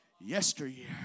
Yesteryear